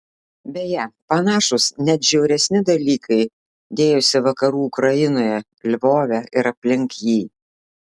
beje panašūs net žiauresni dalykai dėjosi vakarų ukrainoje lvove ir aplink jį